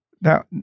Now